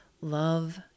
love